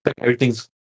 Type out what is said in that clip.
everything's